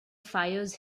fires